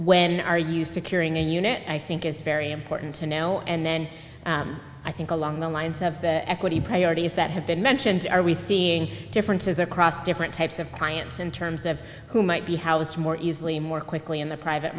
when are you securing a unit i think it's very important to know and then i think along the lines of the equity priorities that have been mentioned are we seeing differences across different types of clients in terms of who might be house more easily more quickly in the private